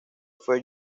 fue